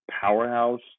powerhouse